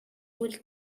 will